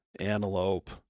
antelope